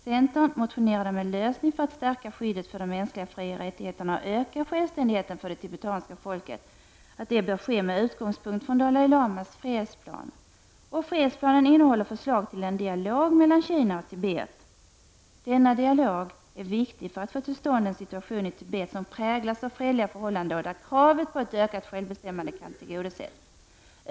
Centern motionerade om en lösning för att stärka skyddet för de mänskliga frioch rättigheterna och öka självständigheten för det tibetanska folket. Det bör ske med utgångspunkt i Dalai Lamas fredsplan. Fredsplanen innehåller förslag till en dialog mellan Kina och Tibet. Denna dialog är viktig för att få till stånd en situation i Tibet som präglas av fredliga förhållanden och där kravet på ett ökat självbestämmande kan tillgodoses.